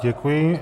Děkuji.